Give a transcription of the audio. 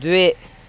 द्वे